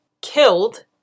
killed